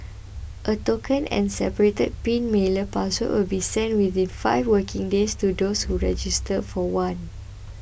a token and separate pin mailer password will be sent within five working days to those who register for one